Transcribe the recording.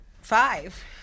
five